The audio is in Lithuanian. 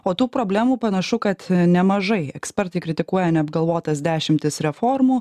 o tų problemų panašu kad nemažai ekspertai kritikuoja neapgalvotas dešimtis reformų